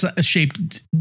shaped